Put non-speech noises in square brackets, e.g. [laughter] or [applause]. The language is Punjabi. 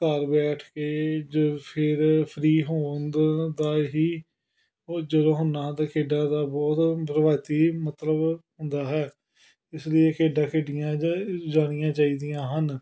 ਘਰ ਬੈਠ ਕੇ ਜੋ ਫਿਰ ਫਰੀ [unintelligible] ਤਾਂ ਹੀ ਉਹ ਜਦੋਂ ਹੁੰਦਾ ਹਾਂ ਅਤੇ ਖੇਡਾਂ ਦਾ ਬਹੁਤ ਰਵਾਇਤੀ ਮਤਲਬ ਹੁੰਦਾ ਹੈ ਇਸ ਲਈ ਇਹ ਖੇਡਾਂ ਖੇਡੀਆਂ ਜ ਜਾਣੀਆਂ ਚਾਹੀਦੀਆਂ ਹਨ